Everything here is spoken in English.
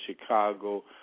Chicago